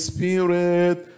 Spirit